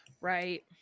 Right